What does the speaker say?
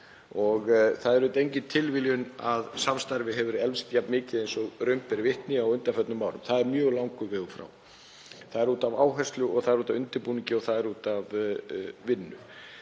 og það er auðvitað engin tilviljun að samstarfið hefur eflst jafn mikið og raun ber vitni á undanförnum árum. Það er mjög langur vegur frá. Það er út af áherslu og það er út af undirbúningi og það er út af vinnu.